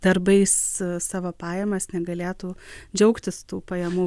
darbais savo pajamas negalėtų džiaugtis tų pajamų